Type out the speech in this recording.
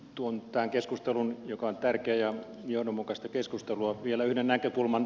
tuon tähän keskusteluun joka on tärkeää ja johdonmukaista vielä yhden näkökulman